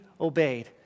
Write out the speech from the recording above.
obeyed